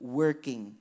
working